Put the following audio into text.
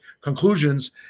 conclusions